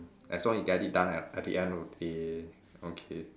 as long you get it done at at the end of the day okay